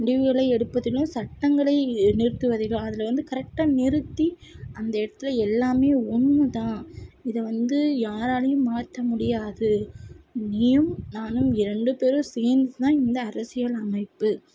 முடிவுகளை எடுப்பதிலையும் சட்டங்களை நிறுத்துவதிலும் அதில் வந்து கரெக்டாக நிறுத்தி அந்த இடத்துல எல்லாமே ஒன்று தான் இதை வந்து யாராலையும் மாற்ற முடியாது நீயும் நானும் இரண்டு பேரும் சேர்ந்து தான் இந்த அரசியல் அமைப்பு